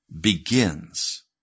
begins